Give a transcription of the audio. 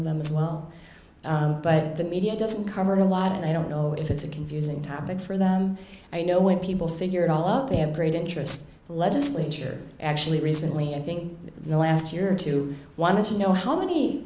of them as well but the media doesn't cover a lot and i don't know if it's a confusing topic for them i know when people figure it all out they have great interest legislature actually recently i think in the last year or two wanted to know how many